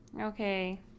Okay